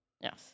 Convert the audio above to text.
Yes